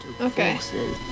Okay